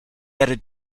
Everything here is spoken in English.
added